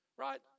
right